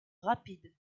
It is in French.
rapide